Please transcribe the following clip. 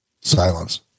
Silence